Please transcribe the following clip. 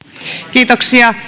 kiitoksia